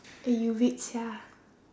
eh you weak sia